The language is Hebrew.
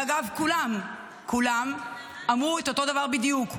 ואגב, כולם כולם אמרו את אותו דבר בדיוק: